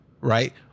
right